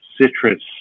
citrus